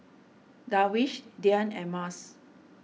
Darwish Dian and Mas